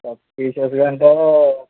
సస్పీషియస్గా అంటే